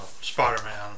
Spider-Man